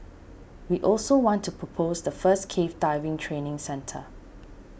we also want to propose the first cave diving training centre